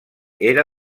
era